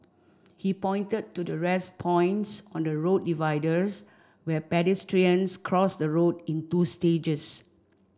he pointed to the 'rest points' on the road dividers where pedestrians cross the road in two stages